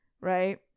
right